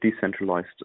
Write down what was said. decentralized